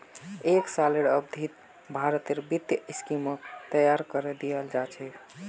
एक सालेर अवधित भारतेर वित्तीय स्कीमक तैयार करे दियाल जा छे